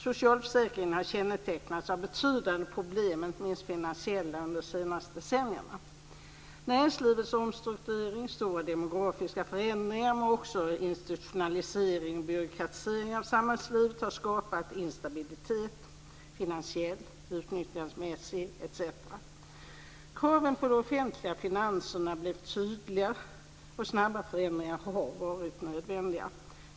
Socialförsäkringen har kännetecknats av betydande problem, inte minst finansiella, under de senaste decennierna. Näringslivets omstrukturering, stora demografiska förändringar men också institutionalisering och byråkratisering av samhällslivet har skapat instabilitet; finansiellt, utnyttjandemässigt etc. Kraven på de offentliga finanserna blev tydliga, och snabba förändringar har varit nödvändiga.